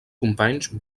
companys